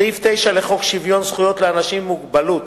סעיף 9 לחוק שוויון זכויות לאנשים עם מוגבלות,